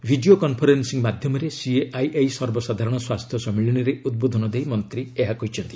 video conferencing ମାଧ୍ୟମରେ CII ସର୍ବସାଧାରଣ ସ୍ୱାସ୍ଥ୍ୟ ସମ୍ମିଳନୀରେ ଉଦ୍ବୋଧନ ଦେଇ ମନ୍ତ୍ରୀ ଏହା କହିଛନ୍ତି